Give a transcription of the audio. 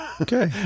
Okay